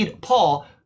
Paul